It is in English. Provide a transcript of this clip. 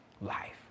life